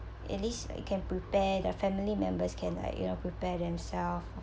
at least uh you can prepare the family members can like you know prepare themselves